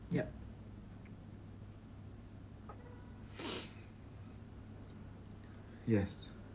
yup yes